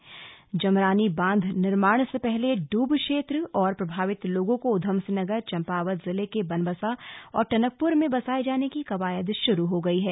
विस्थापना जमरानी बांध निर्माण से पहले डूब क्षेत्र और प्रभावित लोगों को ऊधम सिंह नगर चम्पावत जिले के बनबसा और टनकपुर में बसाये जाने की कवायद शुरू हो गयी है